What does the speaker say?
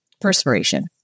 perspiration